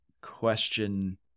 question